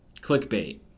clickbait